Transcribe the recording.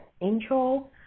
intro